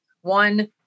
one